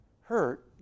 hurt